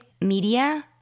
Media